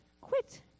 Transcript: quit